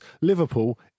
Liverpool